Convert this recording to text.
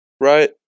right